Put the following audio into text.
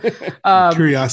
Curiosity